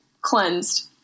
cleansed